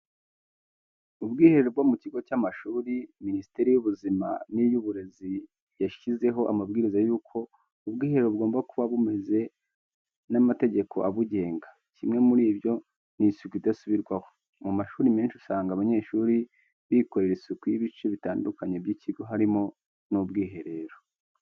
Ubwiherero bwo mu kigo cy'amashuri. Minisiteri y'ubuzima ni y'uburezi yashizeho amabwiriza y'uko ubwiherero bugomba kuba bumeze n'amategeko abugenga, kimwe muri ibyo ni isuku idasubirwaho. Mu mashuri menshi usanga abanyeshuri bikorera isuku y'ibice bitandukanye by'ikigo harimo n'ubwiherero.